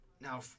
now